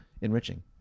enriching